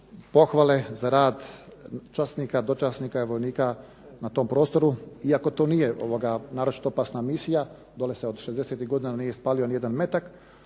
pohvale za rad časnika, dočasnika i vojnika na tom prostoru iako to nije naročito opasna misija. Dole se od 60-tih godina nije ispalio ni jedan metak